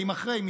באים אחרי,